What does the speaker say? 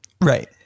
Right